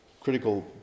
critical